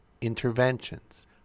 interventions